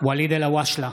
ואליד אלהואשלה,